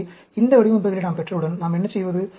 எனவே இந்த வடிவமைப்புகளை நாம் பெற்றவுடன் நாம் என்ன செய்வது